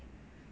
对